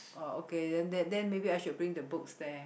oh okay that then maybe I should bring the books there